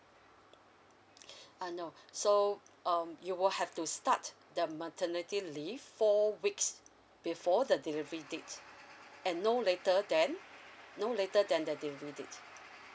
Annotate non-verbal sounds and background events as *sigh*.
*breath* uh no so um you will have to start the maternity leave four weeks before the delivery date and no later than no later than the delivery date